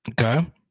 Okay